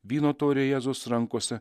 vyno taurė jėzaus rankose